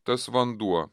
tas vanduo